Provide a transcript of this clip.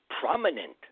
prominent